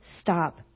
stop